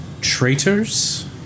traitors